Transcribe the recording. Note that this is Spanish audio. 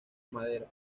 madera